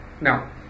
Now